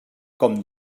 com